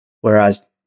whereas